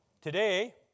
Today